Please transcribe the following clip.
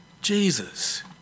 Jesus